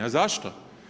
A zašto?